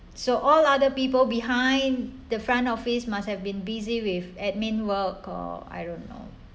so all other people behind the front office must have been busy with admin work or I don't know